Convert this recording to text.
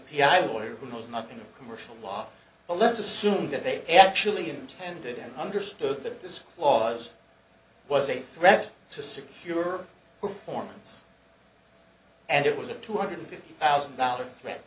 piano lawyer who knows nothing of commercial law but let's assume that they actually intended and understood that this clause was a threat to secure performance and it was a two hundred fifty th